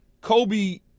Kobe